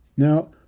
Now